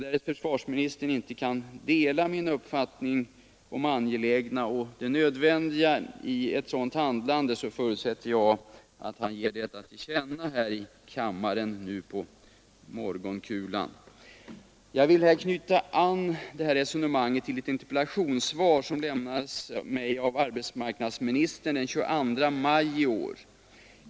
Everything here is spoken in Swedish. Därest försvarsministern inte kan dela min uppfattning om det angelägna och nödvändiga i ett sådant handlande, förutsätter jag att han ger detta till känna här i kammaren nu på morgonkulan. Jag vill här gärna knyta an detta resonemang till ett interpellationssvar som lämnades till mig av arbetsmarknadsministern den 22 maj i år.